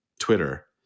Twitter